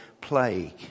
plague